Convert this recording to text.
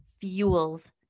fuels